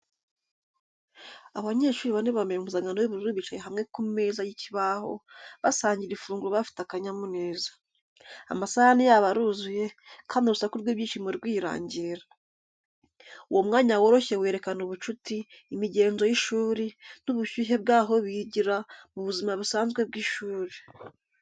Abanyeshuri bane bambaye impuzankano y’ubururu bicaye hamwe ku meza y’ikibaho, basangira ifunguro bafite akanyamuneza. Amasahani yabo aruzuye, kandi urusaku rw’ibyishimo rwirangira. Uwo mwanya woroshye werekana ubucuti, imigenzo y’ishuri, n’ubushyuhe bw’aho bigira, mu buzima busanzwe bw’ishuri.